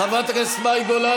חברת הכנסת מאי גולן,